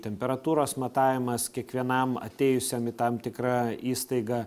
temperatūros matavimas kiekvienam atėjusiam į tam tikrą įstaiga